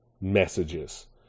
messages